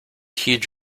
heed